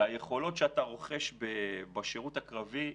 היכולות שאתה רוכש בשירות הקרבי,